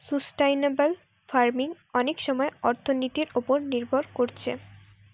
sustainable farming অনেক সময় অর্থনীতির উপর নির্ভর কোরছে